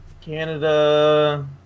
Canada